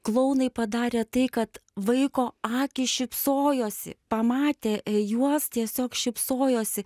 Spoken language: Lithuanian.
klounai padarė tai kad vaiko akys šypsojosi pamatė juos tiesiog šypsojosi